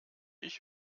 ich